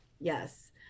Yes